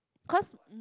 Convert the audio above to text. cause m~